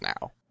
now